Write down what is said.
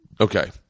Okay